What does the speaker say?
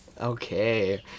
okay